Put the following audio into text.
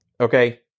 Okay